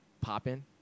popping